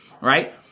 Right